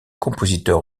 compositeur